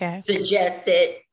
suggested